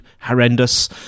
horrendous